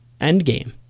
Endgame